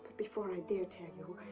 before i dare tell you.